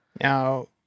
Now